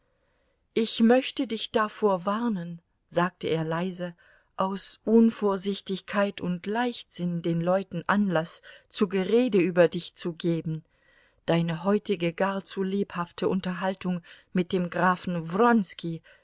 ich möchte dich davor warnen sagte er leise aus unvorsichtigkeit und leichtsinn den leuten anlaß zu gerede über dich zu geben deine heutige gar zu lebhafte unterhaltung mit dem grafen